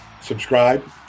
subscribe